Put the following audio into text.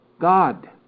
God